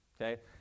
okay